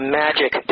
magic